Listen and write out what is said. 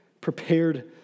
prepared